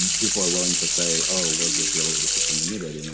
and people are willing to say, oh, was this really the system we needed?